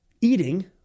eating